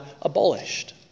abolished